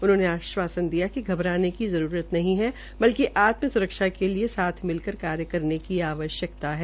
उन्होंने आश्वासन दिना कि घाराने की जरूरत नहीं है ाल्कि आत्म सुरक्षा के लिए साथ मिलकर कार्य करने की आवश्यकता है